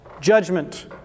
Judgment